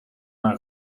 haar